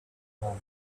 own